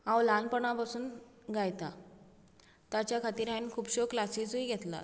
हांव ल्हानपणां पासून गायता ताच्या खातीर हांवे खूबश्यो क्लासीजूय घेतलात